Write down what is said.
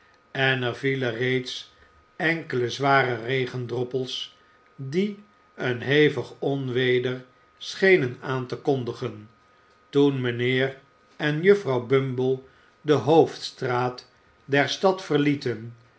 en er vielen reeds enkele zware regendroppels die een hevig onweder schenen aan te kondigen toen mijnheer en juffrouw bumble de hoofdstraat der stad verlieten